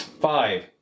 Five